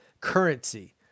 currency